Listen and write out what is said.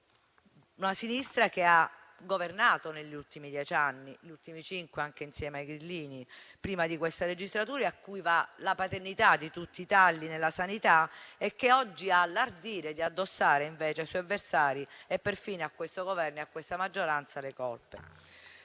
Una sinistra che ha governato negli ultimi dieci anni (negli ultimi cinque anche insieme ai grillini), a cui va la paternità di tutti i tagli nella sanità e che oggi ha l'ardire di addossare le colpe ai suoi avversari e perfino a questo Governo e a questa maggioranza.